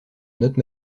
note